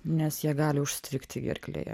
nes jie gali užstrigti gerklėje